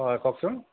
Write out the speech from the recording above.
হয় কওকচোন